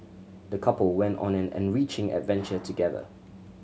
the couple went on an enriching adventure together